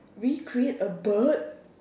recreate a bird